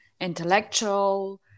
intellectual